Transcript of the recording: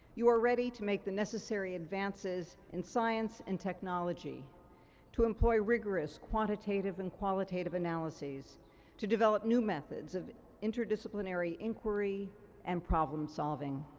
you are ready to make the necessary advances in science and technology to employ rigorous quantitative and qualitative analyses to develop new methods of interdisciplinary inquiry and problem-solving.